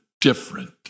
different